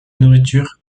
nourriture